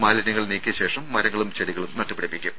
മാലിന്യങ്ങൾ നീക്കിയശേഷം മരങ്ങളും ചെടികളും നട്ടുപിടിപ്പിക്കും